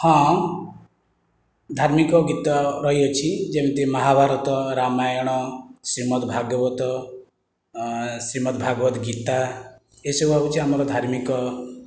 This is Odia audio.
ହଁ ଧାର୍ମିକ ଗୀତ ରହିଅଛି ଯେମିତି ମହାଭାରତ ରାମାୟଣ ଶ୍ରୀମଦ ଭାଗବତ ଶ୍ରୀମଦ ଭାଗବତ ଗୀତା ଏହିସବୁ ହେଉଛି ଆମର ଧାର୍ମିକ